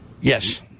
Yes